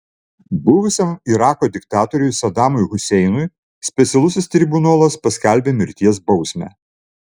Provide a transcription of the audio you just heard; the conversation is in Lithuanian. buvusiam irako diktatoriui sadamui huseinui specialusis tribunolas paskelbė mirties bausmę